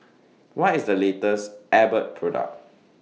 What IS The latest Abbott Product